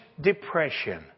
depression